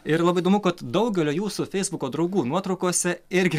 ir labai įdomu kad daugelio jūsų feisbuko draugų nuotraukose irgi